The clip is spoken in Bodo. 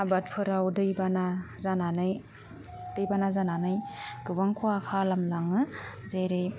आबादफोराव दैबाना जानानै दैबाना जानानै गोबां खहा खालामलाङो जेरै